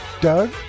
Doug